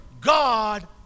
God